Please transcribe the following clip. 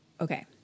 okay